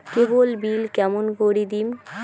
কেবল bill কেমন করি দিম?